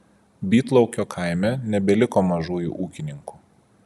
bytlaukio kaime nebeliko mažųjų ūkininkų